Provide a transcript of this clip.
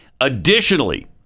Additionally